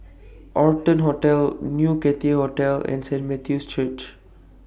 Arton Hotel New Cathay Hotel and Saint Matthew's Church